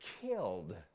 killed